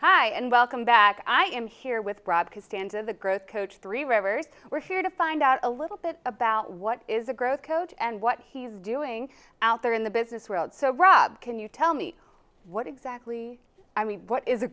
hi and welcome back i am here with bribe to stand in the growth coach three rivers we're here to find out a little bit about what is a growth coach and what he's doing out there in the business world so rob can you tell me what exactly i mean what is